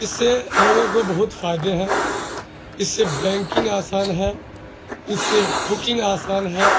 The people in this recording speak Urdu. اس سے لوگوں کو بہت فائدے ہیں اس سے بینکنگ آسان ہے اس سے بکنگ آسان ہے